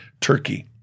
Turkey